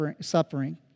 suffering